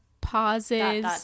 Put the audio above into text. pauses